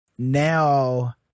Now